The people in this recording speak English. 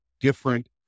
different